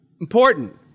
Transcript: important